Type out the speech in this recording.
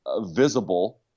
visible